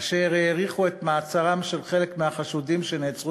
אשר האריך את מעצרם של חלק מהחשודים שנעצרו